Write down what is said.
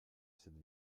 cette